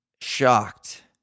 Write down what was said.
shocked